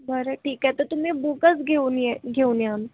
बरं ठीक आहे तर तुम्ही बुकच घेऊन ये घेऊन या